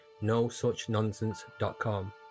nosuchnonsense.com